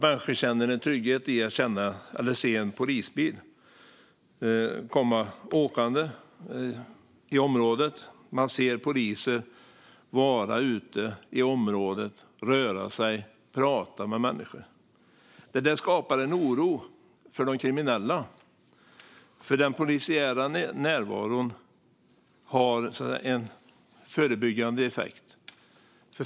Människor ska känna en trygghet i att se en polisbil komma åkande i området och att se poliser vara ute i området och röra sig och prata med människor. Det skapar också en oro för de kriminella. Den polisiära närvaron har en förebyggande effekt.